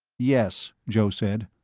yes, joe said.